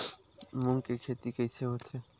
मूंग के खेती कइसे होथे?